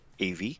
AV